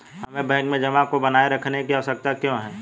हमें बैंक में जमा को बनाए रखने की आवश्यकता क्यों है?